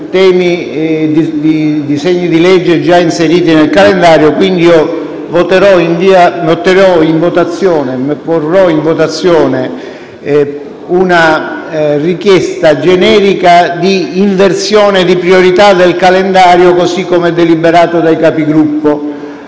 i disegni di legge già inseriti nel calendario, quindi porrò in votazione una richiesta generica di inversione di priorità del calendario, così come deliberato dalla